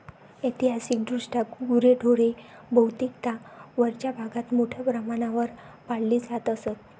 ऐतिहासिकदृष्ट्या गुरेढोरे बहुतेकदा वरच्या भागात मोठ्या प्रमाणावर पाळली जात असत